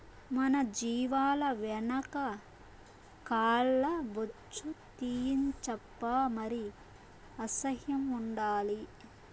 మన జీవాల వెనక కాల్ల బొచ్చు తీయించప్పా మరి అసహ్యం ఉండాలి